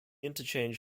interchange